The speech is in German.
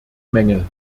mängel